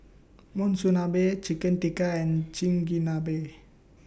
Monsunabe Chicken Tikka and Chigenabe